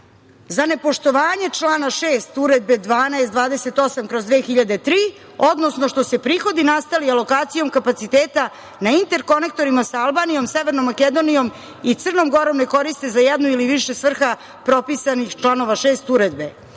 za nepoštovanje člana 6. Uredbe 1228/2003, odnosno što se prihodi nastali alokacijom kapaciteta na interkonektorima sa Albanijom, Severnom Makedonijom i Crnom Gorom ne koriste za jednu ili više svrha propisanih članova 6. Uredbe.